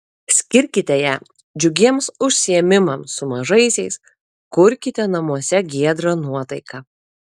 skirkite ją džiugiems užsiėmimams su mažaisiais kurkite namuose giedrą nuotaiką